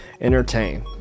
entertain